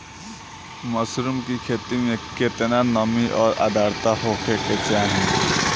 Mushroom की खेती में केतना नमी और आद्रता होखे के चाही?